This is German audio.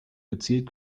gezielt